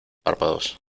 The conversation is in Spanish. párpados